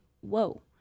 Whoa